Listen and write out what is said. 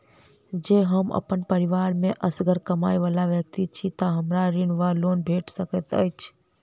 जँ हम अप्पन परिवार मे असगर कमाई वला व्यक्ति छी तऽ हमरा ऋण वा लोन भेट सकैत अछि?